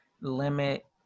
limit